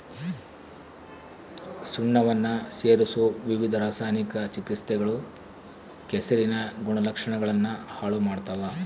ಸುಣ್ಣವನ್ನ ಸೇರಿಸೊ ವಿವಿಧ ರಾಸಾಯನಿಕ ಚಿಕಿತ್ಸೆಗಳು ಕೆಸರಿನ ಗುಣಲಕ್ಷಣಗುಳ್ನ ಹಾಳು ಮಾಡ್ತವ